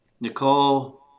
Nicole